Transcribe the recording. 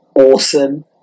awesome